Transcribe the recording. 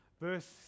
verse